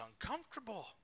uncomfortable